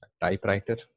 typewriter